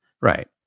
Right